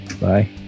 Bye